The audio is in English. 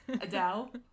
Adele